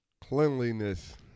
Cleanliness